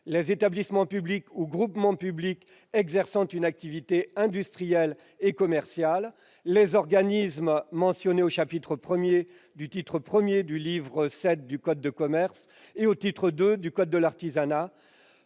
les établissements publics ou groupements publics exerçant une activité industrielle et commerciale, les organismes mentionnés au chapitre Idu titre I du livre VII du code de commerce et au titre II du code de l'artisanat,